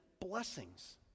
blessings